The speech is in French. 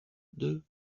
deux